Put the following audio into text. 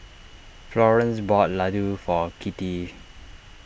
Florance bought Ladoo for Kitty